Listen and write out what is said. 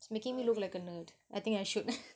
it's making me look like a nerd I think I should